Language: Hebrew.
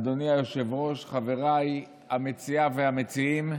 אדוני היושב-ראש, חבריי המציעה והמציעים,